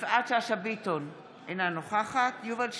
יפעת שאשא ביטון, אינה נוכחת יובל שטייניץ,